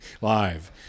live